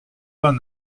vingt